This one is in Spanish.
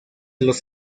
los